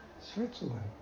Switzerland